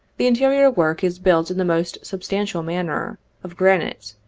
the interior work is built in the most substantial manner, of granite,